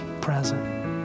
present